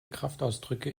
kraftausdrücke